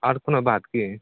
आर कोनो बात की